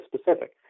specific